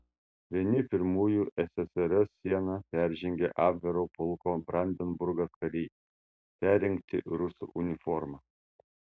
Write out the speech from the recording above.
vieni pirmųjų ssrs sieną peržengė abvero pulko brandenburgas kariai perrengti rusų uniforma